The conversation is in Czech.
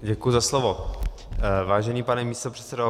Děkuji za slovo, vážený pane místopředsedo.